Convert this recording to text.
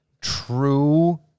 True